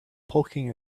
poking